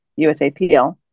USAPL